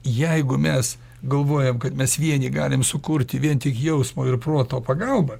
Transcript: jeigu mes galvojam kad mes vienį galim sukurti vien tik jausmo ir proto pagalba